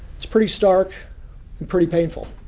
it's pretty stark and pretty painful.